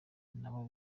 nabo